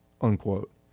unquote